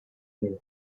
their